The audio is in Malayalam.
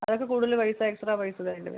അതൊക്കെ കൂടുതൽ പൈസ എക്സ്ട്രാ പൈസ തരേണ്ടി വരും